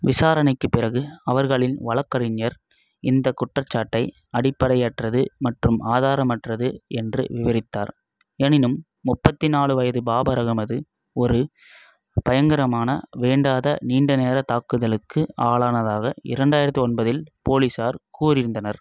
விசாரணைக்குப் பிறகு அவர்களின் வழக்கறிஞர் இந்தக் குற்றச்சாட்டை அடிப்படையற்றது மற்றும் ஆதாரமற்றது என்று விவரித்தார் எனினும் முப்பத்தி நாலு வயது பாபர் அகமது ஒரு பயங்கரமான வேண்டாத நீண்டநேர தாக்குதலுக்கு ஆளானதாக இரண்டாயிரத்தி ஒன்பதில் போலீசார் கூறியிருந்தனர்